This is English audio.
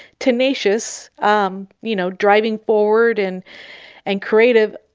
tenacious, um you know driving forward and and creative,